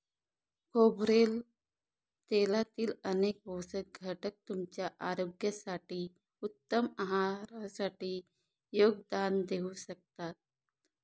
खोबरेल तेलातील अनेक पोषक घटक तुमच्या आरोग्यासाठी, उत्तम आहारासाठी योगदान देऊ शकतात